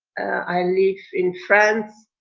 i live in france.